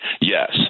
Yes